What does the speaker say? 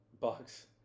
Bucks